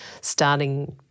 starting